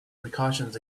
precautions